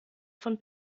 von